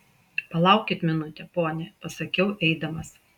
palaukit minutę pone pasakiau eidamas